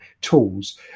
tools